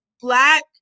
Black